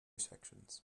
sections